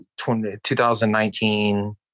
2019